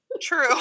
true